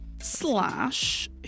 Slash